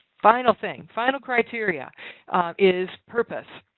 final thing. final criteria is purpose.